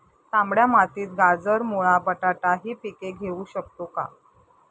तांबड्या मातीत गाजर, मुळा, बटाटा हि पिके घेऊ शकतो का?